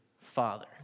father